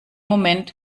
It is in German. moment